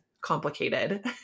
complicated